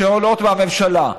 שעולות מהממשלה,